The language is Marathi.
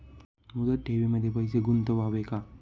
मुदत ठेवींमध्ये पैसे गुंतवावे का?